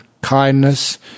kindness